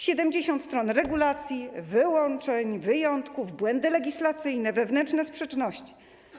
70 stron regulacji, wyłączeń, wyjątków, błędy legislacyjne, wewnętrzne sprzeczności.